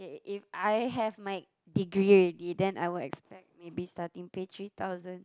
if I have my degree already then I would expect maybe starting pay three thousand